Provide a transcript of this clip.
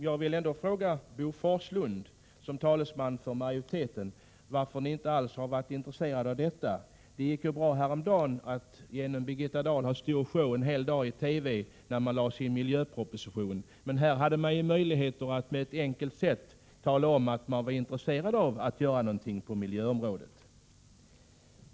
Jag vill ändå fråga Bo Forslund, som är talesman för majoriteten, varför ni inte alls har varit intresserade av det här. Det gick ju nyligen bra att genom Birgitta Dahl ha stor show under en hel dag i TV, när regeringen lade fram sin miljöproposition. Här hade det nu funnits möjligheter att på ett enkelt sätt tala om, att man är intresserad av att göra någonting på miljöområdet.